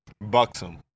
buxom